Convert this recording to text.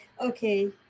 okay